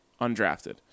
undrafted